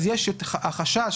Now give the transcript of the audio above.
אז החשש